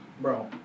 Bro